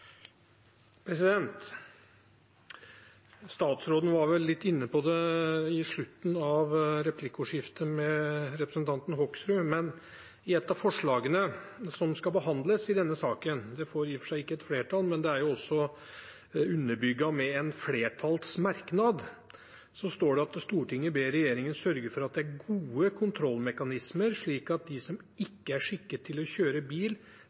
Statsråden var vel litt inne på det i slutten av replikkordskiftet med representanten Hoksrud, men et av forslagene som skal behandles i denne saken – det får i og for seg ikke flertall – er underbygget med en flertallsmerknad. Der står det: «Stortinget ber regjeringen sørge for at det er gode kontrollmekanismer, slik at de som ikke er skikket til å kjøre bil,